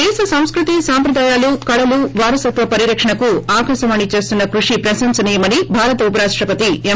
దేశ సంస్పుతి సంప్రదాయాలు కళలు వారసత్వ పరిరక్షణకు ఆకాశవాణి చేస్తున్న కృషి ప్రశంసనీయమని భారత ఉపరాష్టపతి ఎం